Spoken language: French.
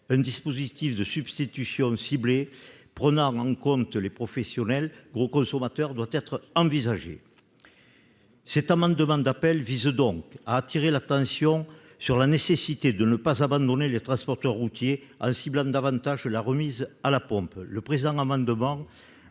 Un dispositif de substitution ciblé, prenant en compte les professionnels « gros consommateurs », doit être envisagé. Cet amendement d'appel vise donc à attirer l'attention sur la nécessité de ne pas abandonner les transporteurs routiers, en ciblant davantage la remise à la pompe. Il tend à abonder